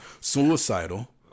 Suicidal